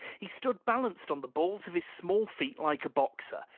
he stood balanced on the balls of his small feet like a boxer,